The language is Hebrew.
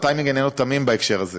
הטיימינג איננו תמים בהקשר הזה.